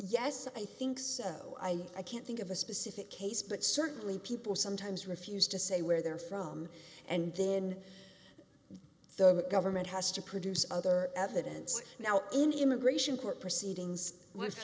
yes i think so i can't think of a specific case but certainly people sometimes refused to say where they're from and then the government has to produce other evidence now in immigration court proceedings w